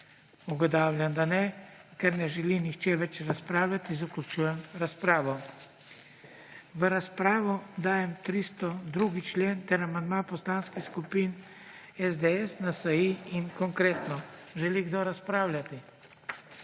Ugotavljam, da ne. Ker ne želi nihče več razpravljati, zaključujem razpravo. V razpravo dajem 302. člen ter amandma poslanskih skupin SDS, NSi in Konkretno. Želi kdo razpravljati?